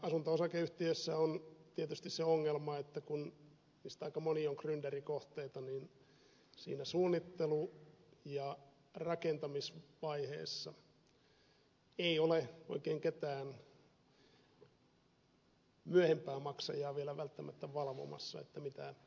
asunto osakeyhtiöissä on tietysti se ongelma että kun niistä aika moni on grynderikohteita niin siinä suunnittelu ja rakentamisvaiheessa ei ole oikein ketään myöhempää maksajaa vielä välttämättä valvomassa mitä oikeasti tapahtuu